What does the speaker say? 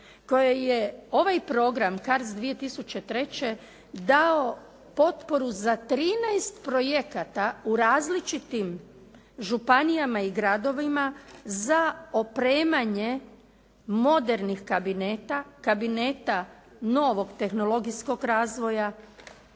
koje je ovaj program CARDS 2003. dao potporu za 13 projekata u različitim županijama i gradovima za opremanje modernih kabineta, kabineta novog tehnologijskog razvoja,